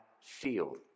field